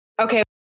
Okay